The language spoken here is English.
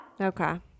Okay